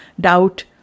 doubt